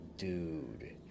dude